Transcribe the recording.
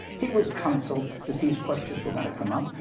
he was counseled that these questions were going to come up.